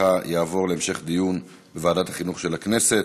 יעבור להמשך דיון בוועדת החינוך של הכנסת.